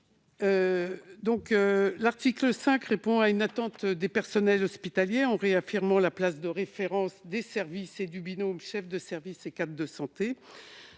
L'article 5 répond à une attente des personnels hospitaliers, en réaffirmant la place de référence des services et du binôme du chef de service et du cadre de santé.